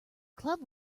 club